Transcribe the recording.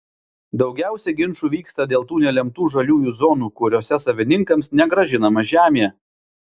daugiausiai ginčų vyksta dėl tų nelemtų žaliųjų zonų kuriose savininkams negrąžinama žemė